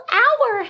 hour